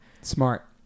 Smart